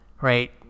Right